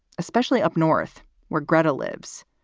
especially up north where gretta lives.